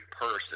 person